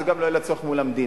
לא יהיה לה צורך גם מול המדינה,